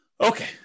Okay